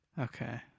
Okay